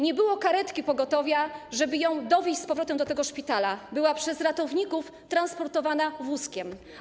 Nie było karetki pogotowia, żeby ją dowieźć z powrotem do tego szpitala, była ona przez ratowników transportowana wózkiem.